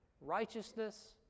righteousness